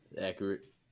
Accurate